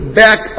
back